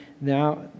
now